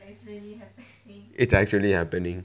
it's actually happening